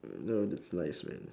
oh that's nice man